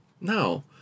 No